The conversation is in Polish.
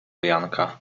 janka